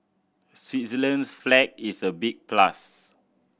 Switzerland's flag is a big plus